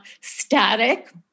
static